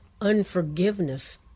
unforgiveness